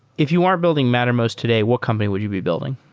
if you aren't building mattermost today, what company would you be building?